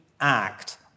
act